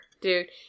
dude